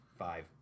five